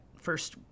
first